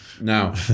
Now